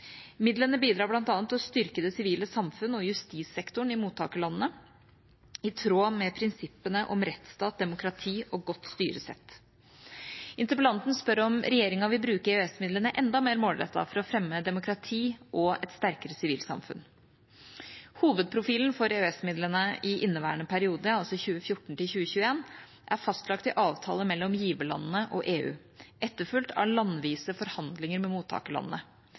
Midlene bidrar bl.a. til å styrke det sivile samfunn og justissektoren i mottakerlandene, i tråd med prinsippene om rettsstat, demokrati og godt styresett. Interpellanten spør om regjeringa vil bruke EØS-midlene enda mer målrettet for å fremme demokrati og et sterkere sivilsamfunn. Hovedprofilen for EØS-midlene i inneværende periode, altså 2014–2021, er fastlagt i avtale mellom giverlandene og EU, etterfulgt av landvise forhandlinger med mottakerlandene.